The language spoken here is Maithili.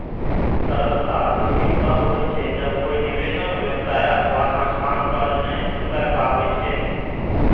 तरलता जोखिम तब होइ छै, जब कोइ निवेशक, व्यवसाय अथवा संस्थान कर्ज नै चुका पाबै छै